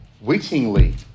wittingly